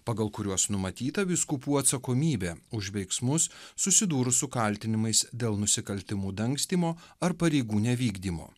pagal kuriuos numatyta vyskupų atsakomybė už veiksmus susidūrus su kaltinimais dėl nusikaltimų dangstymo ar pareigų nevykdymo